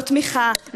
לא תמיכה,